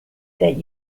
that